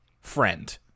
friend